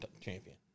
champion